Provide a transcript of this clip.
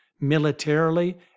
militarily